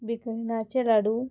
भिकणाचे लाडू